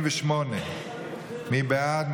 78. מי בעד?